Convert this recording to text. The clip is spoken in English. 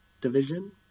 division